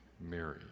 Mary